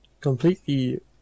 completely